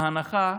להנחה.